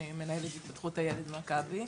אני מנהלת את התפתחות הילד במכבי.